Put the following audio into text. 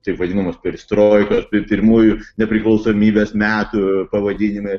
taip vadinamos perestroikos tai pirmųjų nepriklausomybės metų pavadinimai